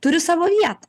turi savo vietą